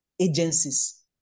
Agencies